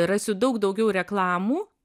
rasiu daug daugiau reklamų